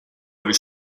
was